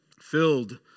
filled